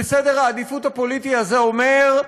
וסדר העדיפויות הפוליטי הזה אומר: